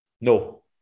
No